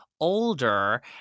Older